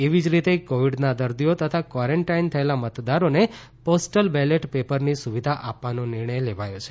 એવી જ રીતે કોવીડના દર્દીઓ તથા કવારન્ટાઇન થયેલા મતદારોને પોસ્ટલ બેલેટ પેપરની સુવિધા આપવાનો નિર્ણય લેવાયો છે